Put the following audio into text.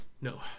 No